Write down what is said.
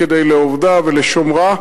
כדי "לעבדה ולשמרה",